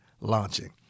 launching